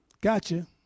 Gotcha